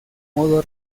modo